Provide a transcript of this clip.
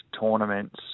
tournaments